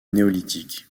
néolithique